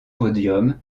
podium